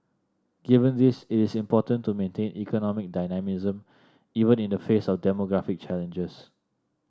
given this it is important to maintain economic dynamism even in the face of demographic challenges